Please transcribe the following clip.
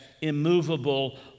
immovable